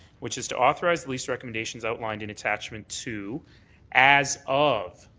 which is to authorize lease recommendations outlined in attachment two as of